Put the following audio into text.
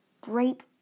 grape